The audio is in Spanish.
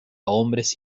hombres